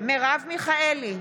מרב מיכאלי,